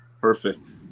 Perfect